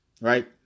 right